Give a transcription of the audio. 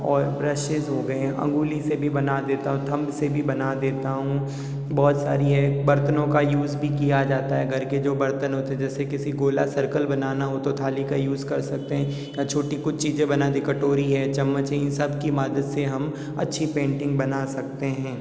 और ब्रशसिस हो गए उंगली से भी बना देता हूँ थम से भी बना देता हूँ बहुत सारे ये बर्तनों का यूज भी किया जाता है घर के जो बर्तन होते है जैसे किसी गोला सर्कल बनाना हो तो थाली का यूज कर सकते है और छोटी कुछ चीज़ें बना दी कटोरी है चम्मच है ये सबकी मदद से हम अच्छी पेंटिंग बना सकते है